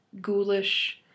ghoulish